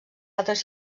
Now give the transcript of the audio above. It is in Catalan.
altres